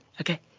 Okay